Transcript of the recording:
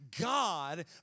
God